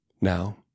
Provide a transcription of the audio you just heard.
Now